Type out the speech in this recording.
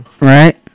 Right